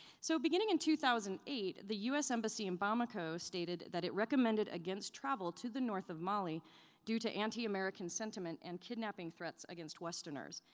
so beginning in two thousand and eight, the us embassy in bamako stated that it recommended against travel to the north of mali due to anti-american sentiment and kidnapping threats against westerners.